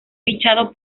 fichado